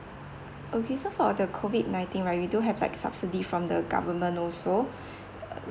okay for the COVID nineteen right we do have like subsidy from the government also